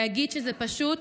להגיד שזה פשוט?